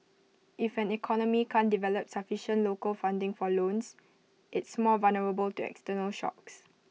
if an economy can't develop sufficient local funding for loans it's more vulnerable to external shocks